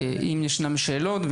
אם יש שאלות,